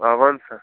آ وَن سا